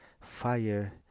fire